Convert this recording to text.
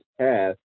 path